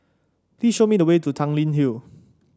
please show me the way to Tanglin Hill